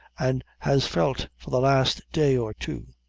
an' has felt for the last day or two.